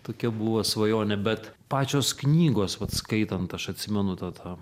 tokia buvo svajonė bet pačios knygos vat skaitant aš atsimenu tą tą